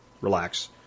Relax